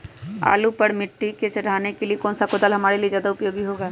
आलू पर मिट्टी चढ़ाने के लिए कौन सा कुदाल हमारे लिए ज्यादा उपयोगी होगा?